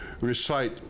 recite